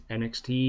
nxt